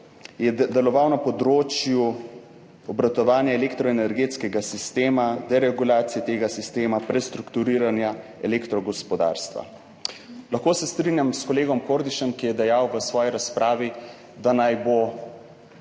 je deloval na področju obratovanja elektroenergetskega sistema, deregulacije tega sistema, prestrukturiranja elektrogospodarstva. Lahko se strinjam s kolegom Kordišem, ki je dejal v svoji razpravi, da naj bo